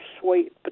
sweet